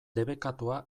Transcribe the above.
debekatua